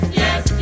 yes